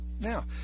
Now